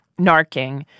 narking